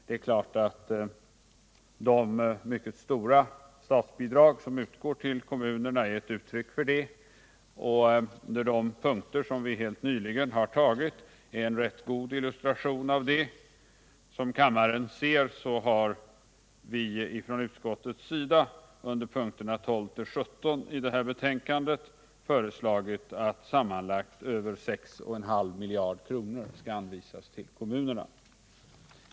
De mycket stora statsbidrag som utgår till kommunerna är självfallet ett uttryck för detta förhållande, och de punkter som vi helt nyligen har antagit är en rätt god illustration till det. Vi har under punkterna 12-17 i finansutskottets betänkande nr 23 föreslagit att sammanlagt över 6,5 miljarder kronor skall anvisas till kommunerna.